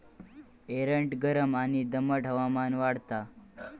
एरंड गरम आणि दमट हवामानात वाढता